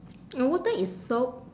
my water is soap